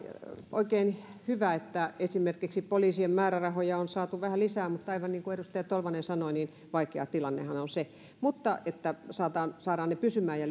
oikein hyvä että esimerkiksi poliisien määrärahoja on saatu vähän lisää mutta aivan niin kuin edustaja tolvanen sanoi niin vaikea tilannehan se on mutta saadaan saadaan ne pysymään ja